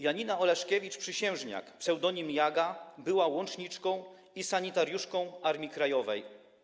Janina Oleszkiewicz-Przysiężniak, ps. Jaga, była łączniczką i sanitariuszką Armii Krajowej.